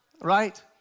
right